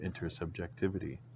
intersubjectivity